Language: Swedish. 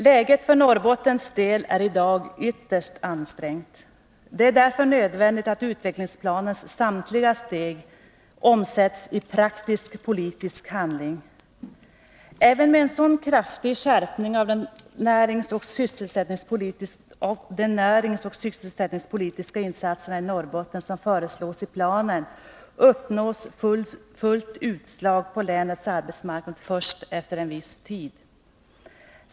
Läget för Norrbottens del är i dag ytterst ansträngt. Det är därför nödvändigt att utvecklingsplanens samtliga steg omsätts i praktisk politisk handling. Även med en så kraftig skärpning av de näringsoch sysselsättningspolitiska insatserna i Norrbotten som föreslås i planen uppnås fullt utslag på länets arbetsmarknad först efter viss tid.